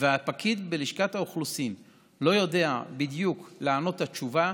והפקיד בלשכת האוכלוסין לא יודע בדיוק לענות את התשובה,